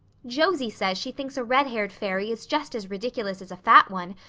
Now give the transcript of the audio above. josie says she thinks a red-haired fairy is just as ridiculous as a fat one,